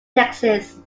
texas